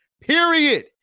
period